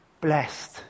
blessed